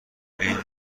این